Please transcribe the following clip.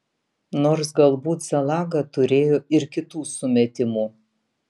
nors galbūt zalaga turėjo ir kitų sumetimų